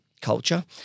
culture